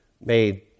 made